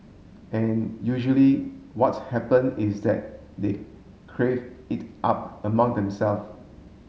and usually what's happen is that they crave it up among themself